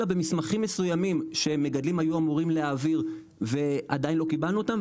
אלא במסמכים מסוימים שמגדלים היו אמורים להעביר ועדיין לא קיבלנו אותם,